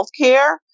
healthcare